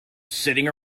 sitting